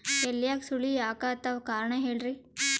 ಎಲ್ಯಾಗ ಸುಳಿ ಯಾಕಾತ್ತಾವ ಕಾರಣ ಹೇಳ್ರಿ?